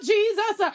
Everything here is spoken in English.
Jesus